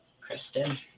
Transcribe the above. Kristen